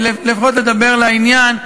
לפחות לדבר לעניין.